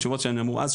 התשובות שנאמרו אז,